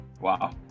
Wow